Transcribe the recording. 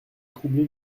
troublé